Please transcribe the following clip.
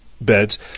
beds